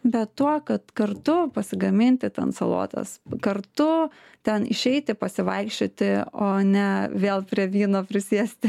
bet tuo kad kartu pasigaminti ten salotas kartu ten išeiti pasivaikščioti o ne vėl prie vyno prisėsti